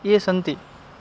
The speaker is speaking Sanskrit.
ये सन्ति